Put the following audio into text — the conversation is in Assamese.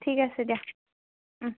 ঠিক আছে দিয়া